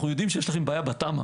אנו יודעים שיש לכם בעיה בתמ"א.